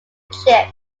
chip